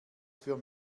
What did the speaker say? für